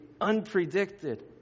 unpredicted